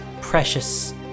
precious